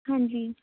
ਹਾਂਜੀ